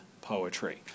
poetry